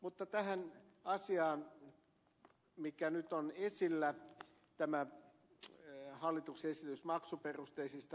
mutta tähän asiaan mikä nyt on esillä tähän hallituksen esitykseen maksuperusteisista lisäeläkejärjestelyistä